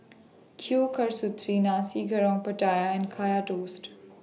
Kueh Kasturi Nasi Goreng Pattaya and Kaya Toast